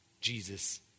Jesus